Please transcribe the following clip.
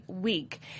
week